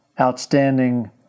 outstanding